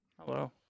hello